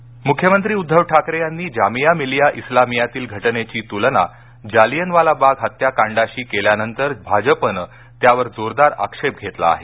जामिया मुख्यमंत्री उद्धव ठाकरे यांनी जामिया मिलिया इस्लामियातील घटनेची तूलना जालियनवाला बाग हत्याकांडाशी केल्यानंतर भाजपने त्यावर जोरदार आक्षेप घेतला आहे